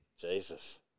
Jesus